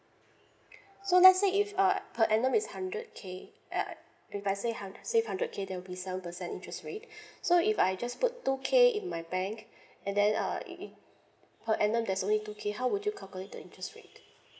so let's say if uh per annum is hundred K uh if I say hun~ save hundred K there will be seven percent interest rate so if I just put two K in my bank and then uh per annum there's only two K how would you calculate the interest rate